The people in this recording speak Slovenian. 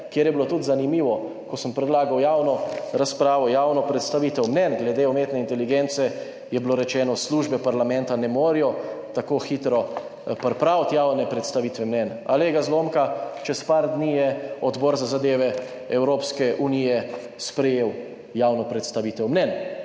kjer je bilo tudi zanimivo, ko sem predlagal javno razpravo, javno predstavitev mnenj glede umetne inteligence, je bilo rečeno, službe parlamenta ne morejo tako hitro pripraviti javne predstavitve mnenj. A glej ga zlomka, čez par dni je Odbor za zadeve Evropske unije sprejel javno predstavitev mnenj.